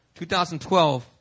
2012